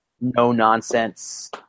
no-nonsense